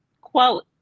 quote